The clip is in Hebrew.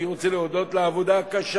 אני רוצה להודות לה על העבודה הקשה